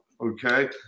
okay